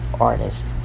Artist